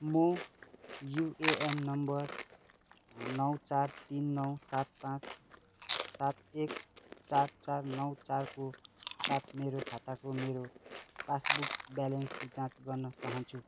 म UAN number नौ चार तिन नौ सात पाँच सात एक चार चार नौ चारको साथ मेरो खाताको मेरो पासबुक ब्यालेन्स जाँच गर्न चाहन्छु